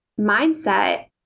mindset